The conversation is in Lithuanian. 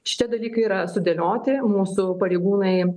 šitie dalykai yra sudėlioti mūsų pareigūnai